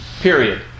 period